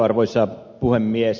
arvoisa puhemies